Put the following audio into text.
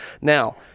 now